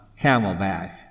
camelback